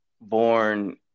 Born